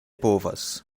povas